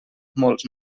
molts